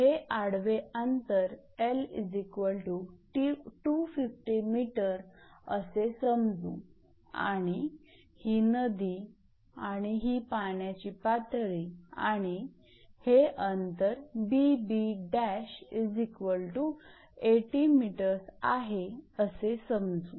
हे आडवे अंतर 𝐿 250 𝑚 असे समजू आणि हि नदी आणि ही पाण्याची पातळी आणि हे अंतर 𝐵𝐵′ 80 𝑚 आहे असे समजू